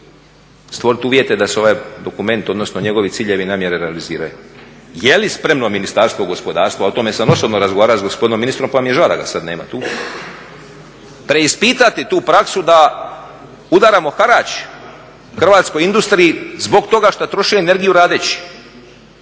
stvoriti uvjete da se ovaj dokument odnosno njegovi ciljevi … realiziraju. Je li spremno Ministarstvo gospodarstva, o tome sam osobno razgovarao sa gospodinom ministrom pa mi je žao da ga sada nema tu, preispitati tu praksu da udaramo … hrvatskoj industriji zbog toga što troši energiju radeći?